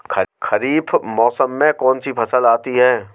खरीफ मौसम में कौनसी फसल आती हैं?